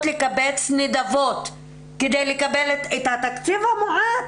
לקבץ נדבות כדי לקבל את התקציב המועט,